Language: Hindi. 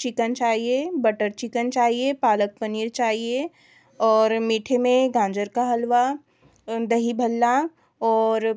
चिकन चाहिए बटर चिकन चाहिए पालक पनीर चाहिए और मीठे में गाजर का हलआ दही भल्ला और